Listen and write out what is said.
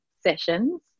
sessions